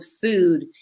food